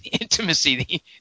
Intimacy